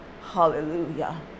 Hallelujah